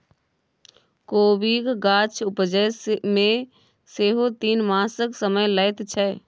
कोबीक गाछ उपजै मे सेहो तीन मासक समय लैत छै